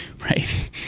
right